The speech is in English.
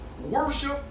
worship